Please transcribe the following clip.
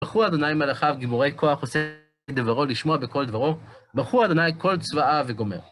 ברכו יהוה מלאכיו גברי כח עשי דברו לשמע בקול דברו, ברכו יהוה כל צבאיו וגומר.